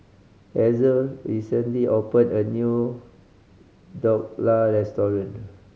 Hazel recently opened a new Dhokla Restaurant